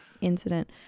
incident